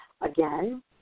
again